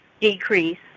decrease